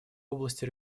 области